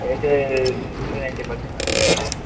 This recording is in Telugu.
అది అయితే టూ నైంటీ పడుతుంది మేడం కేజీ